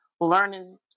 learning